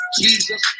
jesus